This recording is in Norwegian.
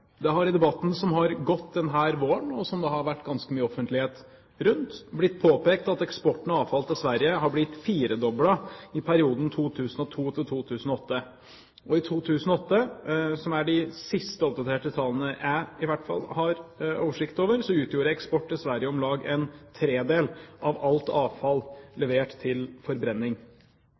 Det har i debatten som har gått denne våren, og som det har vært ganske mye offentlighet rundt, blitt påpekt at eksporten av avfall til Sverige har blitt firedoblet i perioden 2002–2008. I de sist oppdaterte tallene, som i hvert fall jeg har oversikt over, fra 2008, utgjorde eksport til Sverige om lag en tredjedel av alt avfall levert til forbrenning.